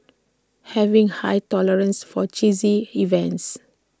having high tolerance for cheesy events